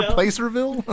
Placerville